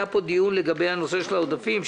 היה פה דיון לגבי הנושא של העודפים,